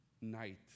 night